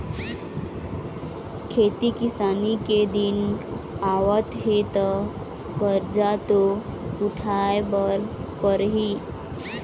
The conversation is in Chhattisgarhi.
खेती किसानी के दिन आवत हे त करजा तो उठाए बर परही